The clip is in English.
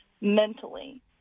mentally